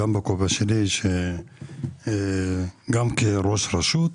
גם בכובע שלי כראש רשות.